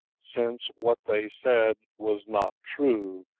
since what they said was not true,